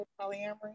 Polyamory